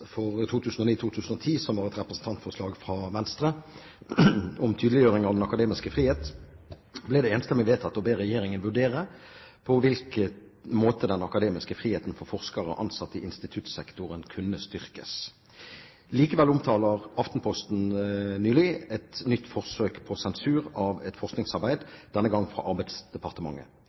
for 2009–2010, et representantforslag fra Venstre om tydeliggjøring av den akademiske frihet, ble det enstemmig vedtatt å be regjeringen vurdere på hvilken måte den akademiske friheten for forskere ansatt i instituttsektoren kunne styrkes. Likevel omtaler Aftenposten et nytt forsøk på sensur av et forskningsarbeid, denne gang fra Arbeidsdepartementet.